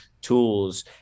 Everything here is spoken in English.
tools